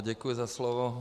Děkuji za slovo.